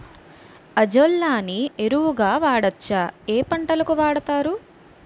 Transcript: Azolla ని ఎరువు గా వాడొచ్చా? ఏ పంటలకు వాడతారు?